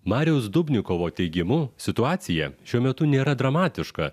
mariaus dubnikovo teigimu situacija šiuo metu nėra dramatiška